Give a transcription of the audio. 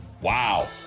Wow